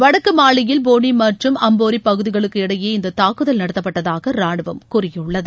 வடக்கு மாலியில் போனி மற்றும் அம்போரி பகுதிகளுக்கு இடையே இந்த தாக்குதல் நடத்தப்பட்டதாக ராணுவம் கூறியுள்ளது